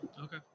Okay